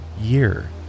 year